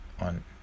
on